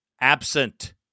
absent